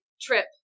trip